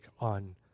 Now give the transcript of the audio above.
on